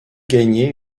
gagné